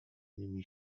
nimi